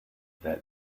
that